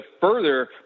further